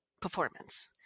performance